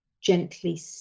gently